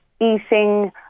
eating